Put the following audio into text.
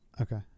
Okay